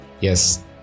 Yes